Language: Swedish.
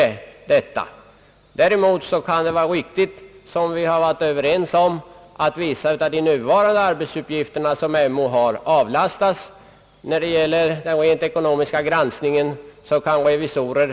Däremot är det riktigt, vilket vi också varit överens om, att vissa av MO:s nuvarande arbetsuppgifter omdisponeras. Den rent ekonomiska granskningen kan kanske utföras lika bra av revisorer.